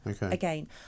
again